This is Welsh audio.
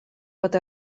fod